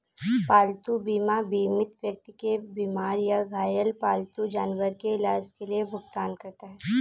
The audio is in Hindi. पालतू बीमा बीमित व्यक्ति के बीमार या घायल पालतू जानवर के इलाज के लिए भुगतान करता है